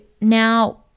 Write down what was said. now